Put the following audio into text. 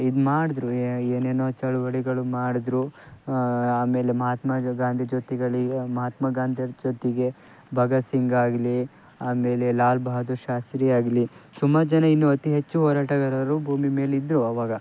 ಇದು ಮಾಡಿದ್ರು ಏನೇನೋ ಚಳುವಳಿಗಳು ಮಾಡಿದ್ರು ಆಮೇಲೆ ಮಹಾತ್ಮ ಗಾಂಧಿ ಜೊತೆಗಳಿಗೆ ಮಹಾತ್ಮ ಗಾಂಧಿಯರ ಜೊತೆಗೆ ಭಗತ್ ಸಿಂಗ್ ಆಗಲಿ ಆಮೇಲೆ ಲಾಲ್ ಬಹದ್ದೂರ್ ಶಾಸ್ತ್ರಿ ಆಗಲಿ ಸುಮಾರು ಜನ ಇನ್ನೂ ಅತಿ ಹೆಚ್ಚು ಹೋರಾಟಗಾರರು ಭೂಮಿ ಮೇಲೆ ಇದ್ದರು ಅವಾಗ